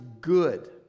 good